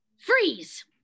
Freeze